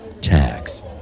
tax